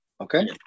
Okay